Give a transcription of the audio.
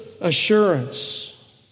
assurance